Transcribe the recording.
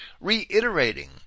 reiterating